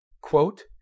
quote